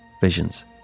visions